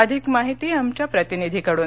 अधिक माहिती आमच्या प्रतिनिधीकडून